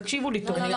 תקשיבו לי טוב --- לא,